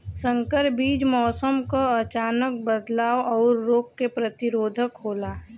संकर बीज मौसम क अचानक बदलाव और रोग के प्रतिरोधक होला